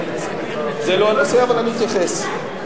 זה לא הנושא, אבל אני אתייחס.